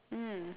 mm